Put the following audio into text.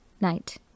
night